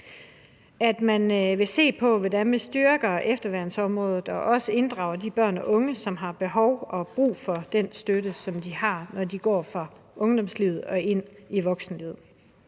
og man vil se på, hvordan vi styrker efterværnsområdet, og også inddrage de børn unge, som har behov og brug for den støtte, som de har, når de går fra ungdomslivet og ind i voksenlivet.